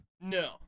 No